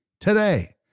today